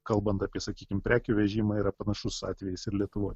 kalbant apie sakykim prekių vežimą yra panašus atvejis ir lietuvoj